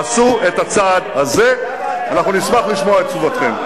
עשו את הצעד הזה ואנחנו נשמח לשמוע את תשובתכם.